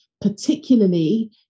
particularly